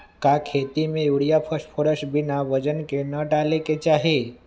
का खेती में यूरिया फास्फोरस बिना वजन के न डाले के चाहि?